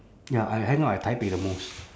ya I hang out at 台北 the most